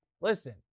listen